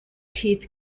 teeth